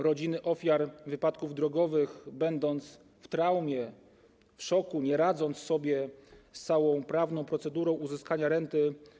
Rodziny ofiar wypadków drogowych - chodzi o traumę, szok - nie radzą sobie z całą prawną procedurą uzyskania renty.